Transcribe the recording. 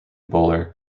bowler